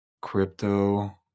crypto